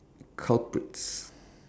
culprits